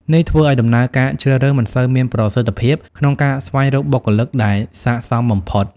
នេះធ្វើឲ្យដំណើរការជ្រើសរើសមិនសូវមានប្រសិទ្ធភាពក្នុងការស្វែងរកបុគ្គលិកដែលស័ក្តិសមបំផុត។